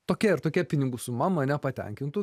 tokia ir tokia pinigų suma mane patenkintų